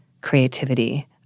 creativity